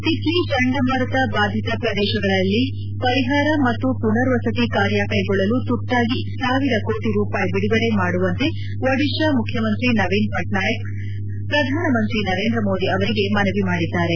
ಟಿಟ್ಲ ಚಂಡಮಾರುತ ಬಾಧಿತ ಪ್ರದೇಶಗಳಲ್ಲಿ ಪರಿಹಾರ ಮತ್ತು ಪುನರ್ ವಸತಿ ಕಾರ್ಯ ಕೈಗೊಳ್ಳಲು ತುರ್ತಾಗಿ ಸಾವಿರ ಕೋಟ ರೂಪಾಯಿ ಬಿಡುಗಡೆ ಮಾಡುವಂತೆ ಒಡಿಶಾ ಮುಖ್ಯಮಂತ್ರಿ ನವೀನ್ ಪಟ್ನಾಯಿಕ್ ಪ್ರಧಾನಮಂತ್ರಿ ನರೇಂದ್ರ ಮೋದಿ ಅವರಿಗೆ ಮನವಿ ಮಾಡಿದ್ದಾರೆ